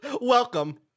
Welcome